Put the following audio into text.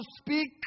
speak